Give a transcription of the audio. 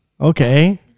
Okay